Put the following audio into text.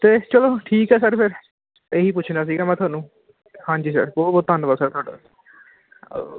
ਅਤੇ ਚਲੋ ਠੀਕ ਹੈ ਸਰ ਫਿਰ ਇਹੀ ਪੁੱਛਣਾ ਸੀਗਾ ਮੈਂ ਤੁਹਾਨੂੰ ਹਾਂਜੀ ਬਹੁਤ ਬਹੁਤ ਧੰਨਵਾਦ ਸਰ ਤੁਹਾਡਾ